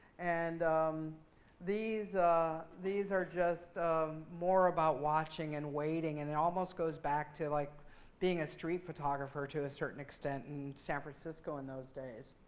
and um these these are just more about watching and waiting. and it almost goes back to like being a street photographer, to a certain extent, in san francisco in those days.